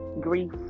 Grief